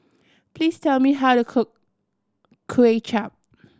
please tell me how to cook Kway Chap